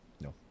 No